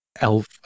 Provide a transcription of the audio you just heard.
elf